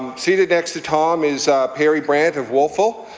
seated next to tom is perry brandt of wolfville.